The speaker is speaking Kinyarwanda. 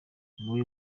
niwe